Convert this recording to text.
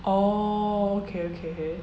oh okay okay okay